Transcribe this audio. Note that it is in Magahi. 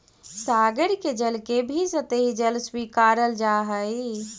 सागर के जल के भी सतही जल स्वीकारल जा हई